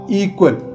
equal